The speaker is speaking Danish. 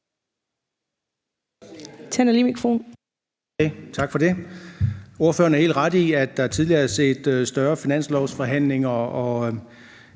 Egge Rasmussen (EL): Tak for det. Ordføreren har helt ret i, at der tidligere er set større finanslovsforhandlinger, og